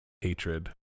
hatred